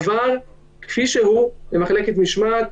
עבר כפי שהוא למחלקת משמעת,